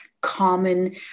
common